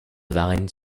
varennes